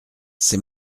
c’est